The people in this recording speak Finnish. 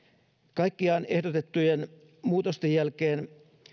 kaikkiaan ehdotettujen muutosten jälkeen